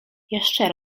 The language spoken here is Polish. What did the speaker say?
jeszcze